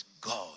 God